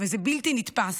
וזה בלתי נתפס,